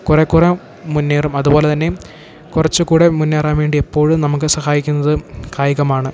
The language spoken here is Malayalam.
കുറേക്കുറേ മുന്നേറും അതു പോലെ തന്നെ കുറച്ച് കൂടി മുന്നേറാൻ വേണ്ടി എപ്പോഴും നമുക്ക് സഹായിക്കുന്നത് കായികമാണ്